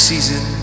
Season